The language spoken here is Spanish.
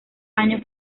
años